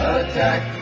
attack